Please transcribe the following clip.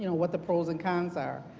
you know what the pros and cons are.